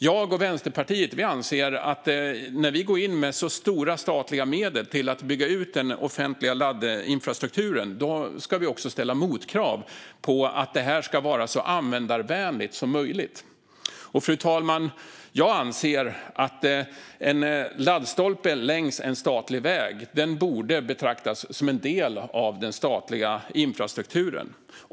Jag och Vänsterpartiet anser att vi när vi går in med så stora statliga medel till utbyggnaden av den offentliga laddinfrastrukturen också ska ställa motkrav på att den ska vara så användarvänlig som möjligt. Och, fru talman, jag anser att en laddstolpe längs en statlig väg borde betraktas som en del av den statliga infrastrukturen.